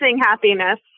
happiness